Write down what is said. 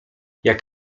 jak